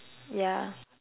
yeah